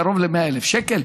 קרוב ל-100,000 שקל.